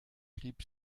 blieb